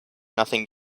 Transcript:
nothing